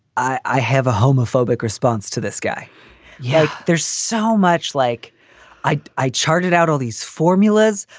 i have a homophobic response to this guy yeah there's so much like i i charted out all these formulas.